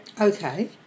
Okay